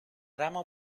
ramo